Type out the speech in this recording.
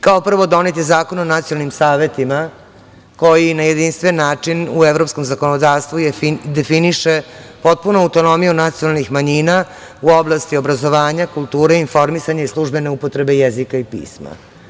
Kao prvo, donet je Zakon o nacionalnim savetima, koji na jedinstven način u evropskom zakonodavstvu definiše potpunu autonomiju nacionalnih manjina u oblasti obrazovanja, kulture, informisanja i službene upotrebe jezika i pisma.